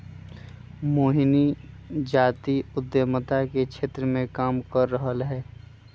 मोहिनी जाति उधमिता के क्षेत्र मे काम कर रहलई ह